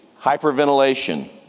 hyperventilation